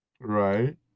right